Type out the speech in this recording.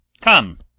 Come